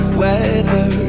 weather